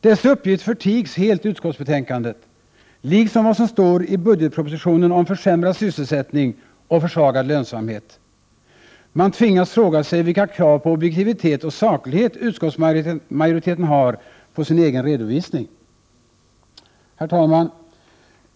Dessa uppgifter förtigs helt i utskottsbetänkandet, liksom vad som står i budgetpropositionen om försämrad sysselsättning och försvagad lönsamhet. Man måste fråga sig vilka krav på objektivitet och saklighet utskottsmajoriteten har på sin egen redovisning. Herr talman!